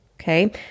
okay